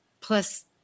Plus